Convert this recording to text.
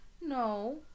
No